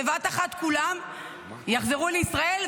בבת אחת כולם יחזרו לישראל,